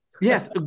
yes